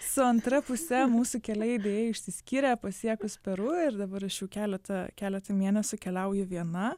su antra puse mūsų keliai deja išsiskyrė pasiekus peru ir dabar aš jau keletą keletą mėnesių keliauju viena